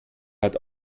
hat